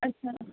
ਅੱਛਾ